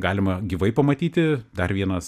galima gyvai pamatyti dar vienas